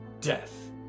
death